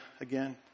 again